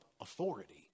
authority